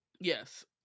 Yes